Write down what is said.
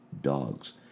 dog's